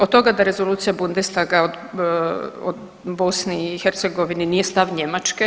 Od toga da Rezolucija Bundestaga o BiH nije stav Njemačke.